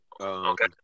Okay